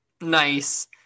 nice